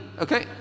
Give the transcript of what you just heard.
okay